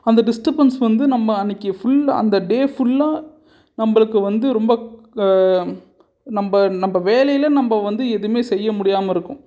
அந்த டிஸ்டர்பன்ஸ் வந்து நம்ம அன்னைக்கு ஃபுல் அந்த டே ஃபுல்லாக நம்மளுக்கு வந்து ரொம்ப க நம்ம நம்ம வேலையில் நம்ம வந்து எதுவுமே செய்ய முடியாமல் இருக்கும்